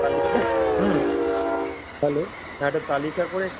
তালিকা হুম হ্যালো একটা তালিকা করে